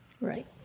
Right